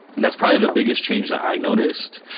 that's probably the biggest change that i noticed.